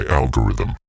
algorithm